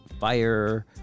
fire